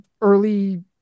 early